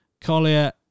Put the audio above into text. Collier